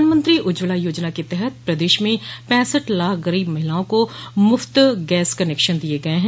प्रधानमंत्री उज्जवला योजना के तहत प्रदेश में पैसठ लाख गरीब महिलाओं को मुफ्त गैस कनेक्शन दिये गये हैं